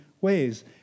ways